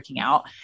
out